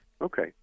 Okay